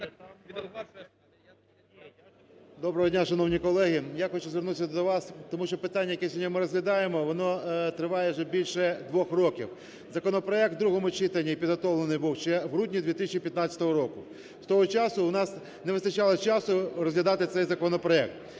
Доброго дня, шановні колеги, я хочу звернутися до вас, тому що питання, яке ми сьогодні розглядаємо воно триває вже більше двох років. Законопроект в другому читанні підготовлений був ще в грудні 2015 року. З того часу у нас не вистачало часу розглядати цей законопроект.